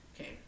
Okay